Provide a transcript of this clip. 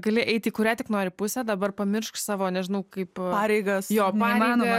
gali eiti į kurią tik nori pusę dabar pamiršk savo nežinau kaip pareigas jo pareigas